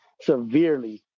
severely